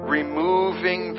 removing